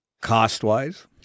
cost-wise